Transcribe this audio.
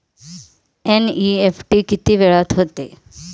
NEFT किती वेळात होते?